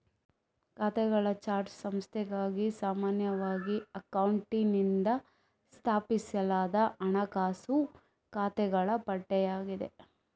ಖಾತೆಗಳ ಚಾರ್ಟ್ ಸಂಸ್ಥೆಗಾಗಿ ಸಾಮಾನ್ಯವಾಗಿ ಅಕೌಂಟೆಂಟಿನಿಂದ ಸ್ಥಾಪಿಸಲಾದ ಹಣಕಾಸು ಖಾತೆಗಳ ಪಟ್ಟಿಯಾಗಿದೆ